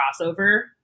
crossover